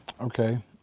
Okay